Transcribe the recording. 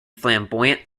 flamboyant